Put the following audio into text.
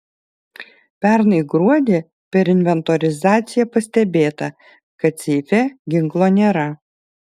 pernai gruodį per inventorizaciją pastebėta kad seife ginklo nėra